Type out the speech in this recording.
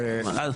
אפשר.